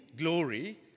Glory